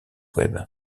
web